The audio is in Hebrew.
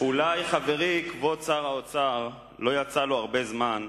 אולי חברי כבוד שר האוצר לא יצא לו הרבה זמן